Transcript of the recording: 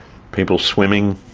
people swimming,